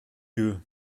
gueux